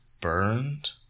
burned